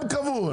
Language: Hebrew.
הם קבעו,